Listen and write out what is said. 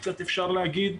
אפשר להגיד,